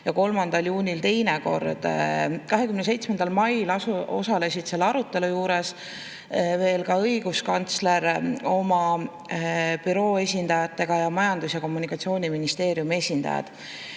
ja 3. juunil teine kord. 27. mail osalesid selle arutelu juures veel ka õiguskantsler koos oma büroo esindajatega ja Majandus‑ ja Kommunikatsiooniministeeriumi esindajad.